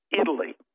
Italy